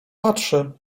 patrzy